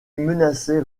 menaçait